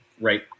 right